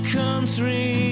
country